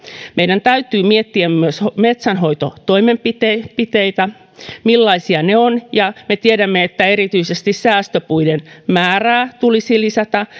meidän täytyy miettiä myös metsänhoitotoimenpiteitä millaisia ne ovat ja me tiedämme että erityisesti säästöpuiden määrää tulisi lisätä